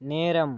நேரம்